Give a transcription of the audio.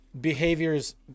behaviors